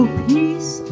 peace